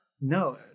No